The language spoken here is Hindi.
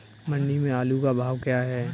मंडी में आलू का भाव क्या है?